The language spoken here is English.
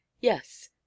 yes